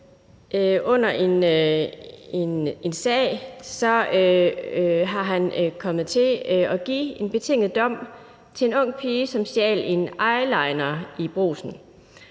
under en sag har givet en betinget dom til en ung pige, som stjal en eyeliner i Brugsen.